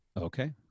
Okay